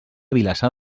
vilassar